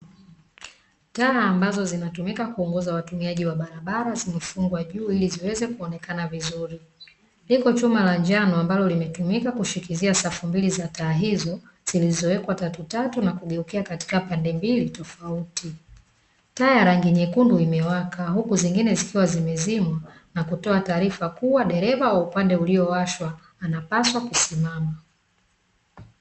Taa ambazo zinatumika kuongoza watumiaji wa barabara zimefungwa juu ili kuweza kuonekana vizuri, liko chuma la njano ambalo limetumika kushikizia safu mbili za taa hizo zilizowekwa tatu tatu na kugeukia katika pande mbili tofauti, taa ya rangi nyekundu imewaka huku zingine zikiwa zimezimwa na kutoa taarifa kuwa dereva wa upande uliowashwa anapaswa kusimama.